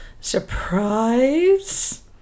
Surprise